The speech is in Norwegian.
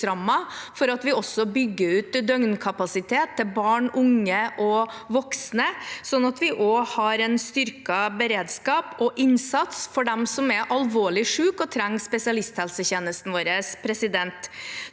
for å bygge ut døgnkapasitet til barn, unge og voksne, sånn at vi også har en styrket beredskap og innsats for dem som er alvorlig syke og trenger spesialisthelsetjenesten vår. Denne